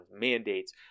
mandates